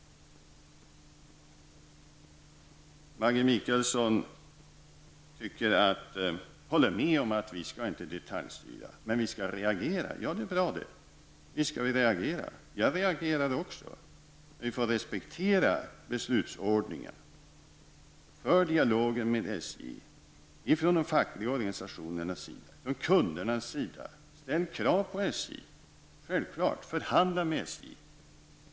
Maggi Mikaelsson håller med om att vi inte skall detaljstyra utan investera. Visst skall vi det. Jag reagerar också, men vi måste respektera beslutsordningen. För dialogen med SJ från de fackliga organisationernas sida och från kundernas sida! Ställ krav på SJ, självklart! Förhandla med SJ!